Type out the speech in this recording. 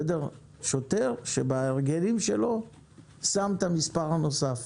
שוטר ששם את המספר הנוסף